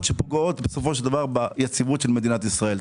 שפוגעות בסופו של דבר ביציבות מדינת ישראל.